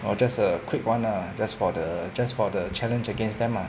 orh just a quick one lah just for the just for the challenge against them ah